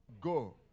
Go